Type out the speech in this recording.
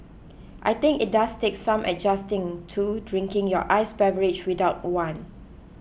I think it does take some adjusting to drinking your iced beverage without one